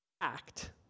act